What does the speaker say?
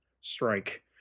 strike